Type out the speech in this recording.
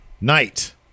Knight